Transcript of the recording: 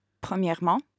premièrement